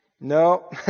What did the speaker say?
no